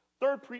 Third